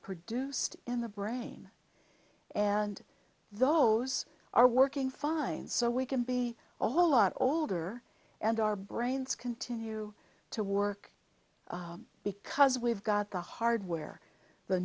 produced in the brain and those are working fine so we can be all a lot older and our brains continue to work because we've got the hardware the